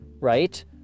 right